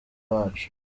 wacu